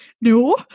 no